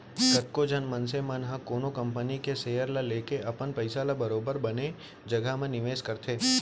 कतको झन मनसे मन ह कोनो कंपनी के सेयर ल लेके अपन पइसा ल बरोबर बने जघा म निवेस करथे